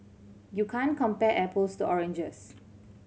you can't compare apples to oranges